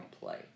Play